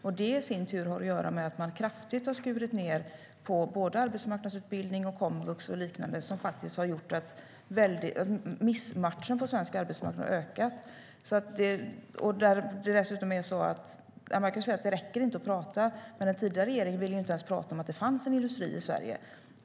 Det har i sin tur att göra med att man kraftigt har skurit ned på såväl arbetsmarknadsutbildning som komvux och liknande. Det har gjort att missmatchningen på svensk arbetsmarknad har ökat. Man kan säga att det inte räcker med att prata. Men den tidigare regeringen ville inte ens prata om att det fanns en industri i Sverige.